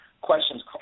questions